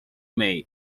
may